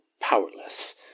powerless